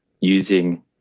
using